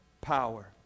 power